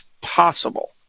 possible